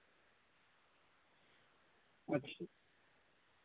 अच्छ